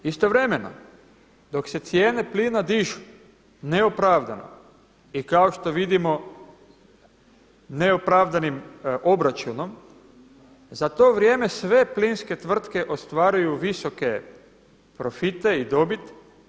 Istovremeno dok se cijene plina dižu neopravdano i kao što vidimo neopravdanim obračunom, za to vrijeme sve plinske tvrtke ostvaruju visoke profite i dobit.